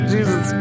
Jesus